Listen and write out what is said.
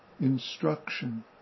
instruction